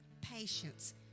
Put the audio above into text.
patience